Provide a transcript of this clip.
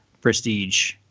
prestige